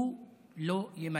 הוא לא יימלט.